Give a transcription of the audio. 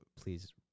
please